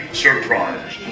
surprise